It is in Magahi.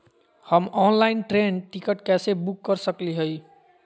हम ऑनलाइन ट्रेन टिकट कैसे बुक कर सकली हई?